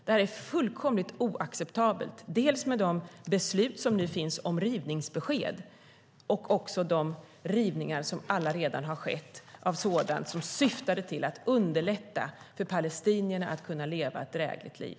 Det är fullkomligt oacceptabelt med de beslut som nu finns om rivningsbesked och också de rivningar som allaredan har skett av sådant som syftade till att underlätta för palestinierna att kunna leva ett drägligt liv.